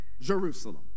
Jerusalem